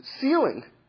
Ceiling